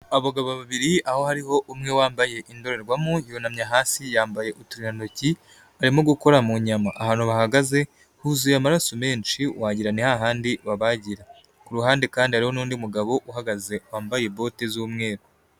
Abagabo babiri aho hariho umwe wambaye indorerwamo yunamye hasi yambaye uturindantoki, arimo gukora mu nyama. Ahantu bahagaze huzuye amaraso menshi wagira ngo ni hahandi babagira. Kuruhande kandi hariho nundi mugabo uhagaze wambaye bote z'umweru.